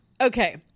Okay